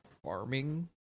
Farming